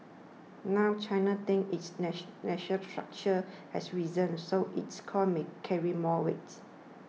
now China thinks its national stature has risen so its calls may carry more weights